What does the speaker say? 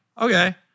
Okay